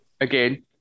again